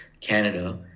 Canada